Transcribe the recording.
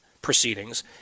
proceedings